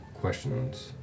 questions